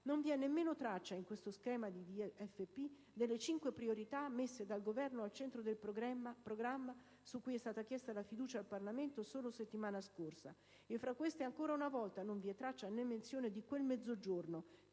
Non vi è nemmeno traccia in questo schema di DFP delle cinque priorità messe dal Governo al centro del programma su cui è stata chiesta la fiducia al Parlamento solo una settimana fa. E tra queste, ancora una volta, non vi è traccia né menzione di quel Mezzogiorno